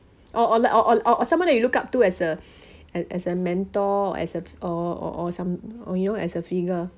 or or li~ or or or or someone that you look up to as a as a mentor as a or or or some you know as a figure